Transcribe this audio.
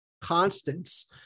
constants